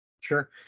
sure